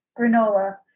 Granola